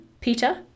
peter